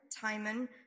Timon